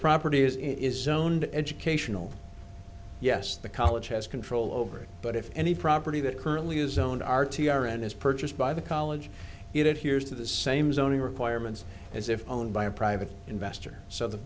property is it is zoned educational yes the college has control over it but if any property that currently is own r t r and is purchased by the college it hears to the same zoning requirements as if owned by a private investor so th